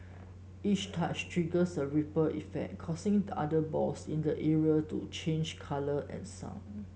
each touch triggers a ripple effect causing other balls in the area to change colour and sound